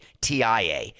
tia